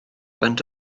faint